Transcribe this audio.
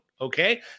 okay